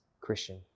Christian